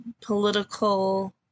political